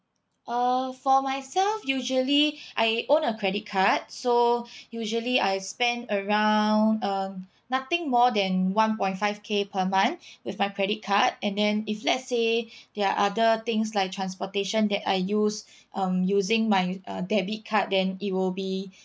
uh for myself usually I own a credit card so usually I spend around um nothing more than one point five K per month with my credit card and then if let's say there are other things like transportation that I use um using my uh debit card then it will be